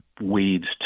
weeds